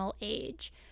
age